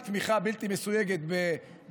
עם תמיכה בלתי מסויגת באיגי,